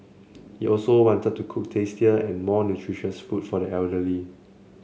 he also wanted to cook tastier and more nutritious food for the elderly